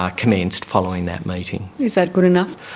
um commenced, following that meeting. is that good enough?